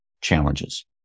challenges